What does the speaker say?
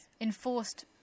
enforced